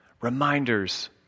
reminders